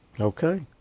Okay